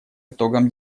итогам